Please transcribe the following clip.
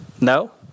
No